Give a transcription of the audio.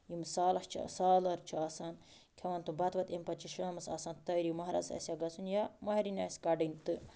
یِم سالَس چھِ سالَر چھِ آسان کھٮ۪وان تِم بَتہٕ وَتہٕ أمۍ پَتہٕ چھِ شامَس آسان تیٲری مہرازَس آسیا گژھُن یا مہَرِنۍ آسہِ کَڑٕنۍ تہٕ